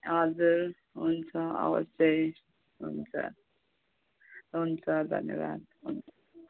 हजुर हुन्छ अवश्य हुन्छ हुन्छ धन्यवाद हुन्छ